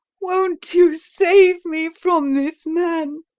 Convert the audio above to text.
won't you save me from this man?